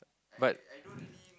but